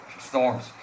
storms